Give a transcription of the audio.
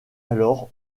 alors